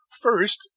first